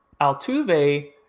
Altuve